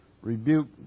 rebuke